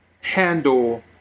handle